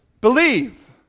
believe